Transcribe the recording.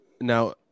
now